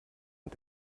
und